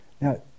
now